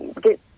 get